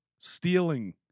stealing